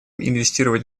инвестировать